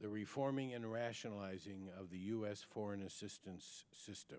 the reforming international izing of the us foreign assistance system